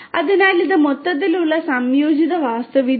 അതിനാൽ ഇത് മൊത്തത്തിലുള്ള സംയോജിത വാസ്തുവിദ്യയാണ്